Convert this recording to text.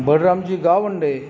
Baliramji Gawande